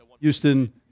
Houston